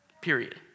period